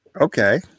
Okay